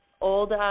old